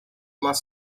más